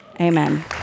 Amen